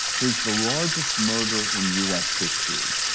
here's the largest murder in u s. history.